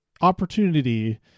opportunity